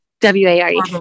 W-A-R-E